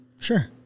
Sure